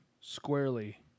squarely